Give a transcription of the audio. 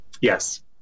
Yes